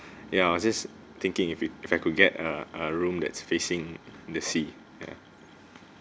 ya I'll just thinking if if I could get uh a room that's facing the sea ya